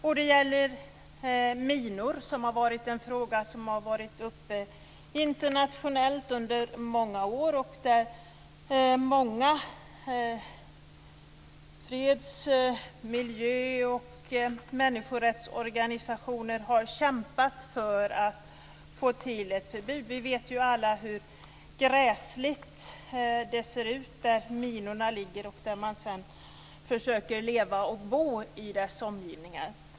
Först gäller det minor, en fråga som har varit uppe internationellt under många år. Många freds-, miljöoch människorättsorganisationer har kämpat för att få till ett förbud. Vi vet alla hur gräsligt det ser ut där minorna ligger och där man försöker leva och bo i deras omgivningar.